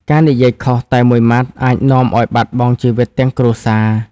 ការនិយាយខុសតែមួយម៉ាត់ អាចនាំឱ្យបាត់បង់ជីវិតទាំងគ្រួសារ។